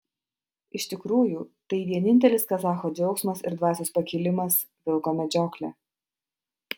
iš tikrųjų tai vienintelis kazacho džiaugsmas ir dvasios pakilimas vilko medžioklė